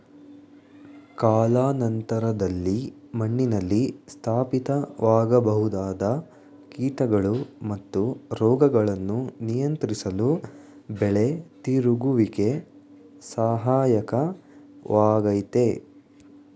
ಕಾಲಾನಂತರದಲ್ಲಿ ಮಣ್ಣಿನಲ್ಲಿ ಸ್ಥಾಪಿತವಾಗಬಹುದಾದ ಕೀಟಗಳು ಮತ್ತು ರೋಗಗಳನ್ನು ನಿಯಂತ್ರಿಸಲು ಬೆಳೆ ತಿರುಗುವಿಕೆ ಸಹಾಯಕ ವಾಗಯ್ತೆ